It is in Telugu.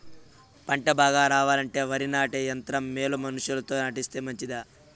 పంట బాగా రావాలంటే వరి నాటే యంత్రం మేలా మనుషులతో నాటిస్తే మంచిదా?